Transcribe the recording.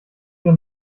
wir